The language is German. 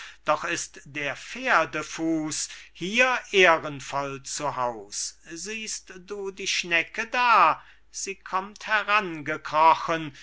doch ist der pferdefuß hier ehrenvoll zu haus siehst du die schnecke da sie